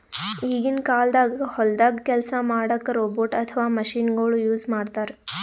ಈಗಿನ ಕಾಲ್ದಾಗ ಹೊಲ್ದಾಗ ಕೆಲ್ಸ್ ಮಾಡಕ್ಕ್ ರೋಬೋಟ್ ಅಥವಾ ಮಷಿನಗೊಳು ಯೂಸ್ ಮಾಡ್ತಾರ್